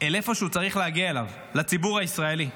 לאיפה שהוא צריך להגיע אליו, לציבור הישראלי.